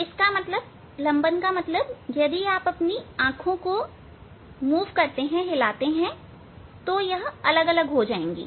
इसका मतलब यदि आप अपनी आंखों को हिलाते हैं यह अलग अलग हो जाएंगी